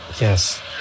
Yes